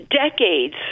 decades